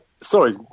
Sorry